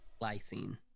lysine